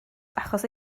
achos